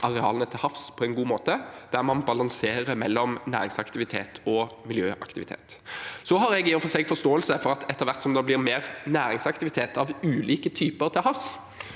arealene til havs på en god måte, der man balanserer mellom næringsaktivitet og miljøaktivitet. Jeg har i og for seg forståelse for at det etter hvert som det blir mer næringsaktivitet av ulike typer til havs,